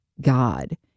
God